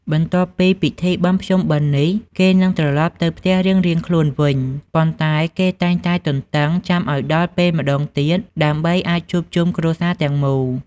បន្ទាប់ពីពិធីបុណ្យភ្ជុំបិណ្ឌនេះ គេនឹងត្រឡប់ទៅផ្ទះរៀងៗខ្លួនវិញ ប៉ុន្តែគេតែងតែទន្ទឹងចាំឱ្យដល់ពេលម្ដងទៀត ដើម្បីអាចជួបជុំគ្រួសារទាំងមូល។